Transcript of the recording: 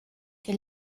que